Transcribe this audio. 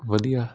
ਵਧੀਆ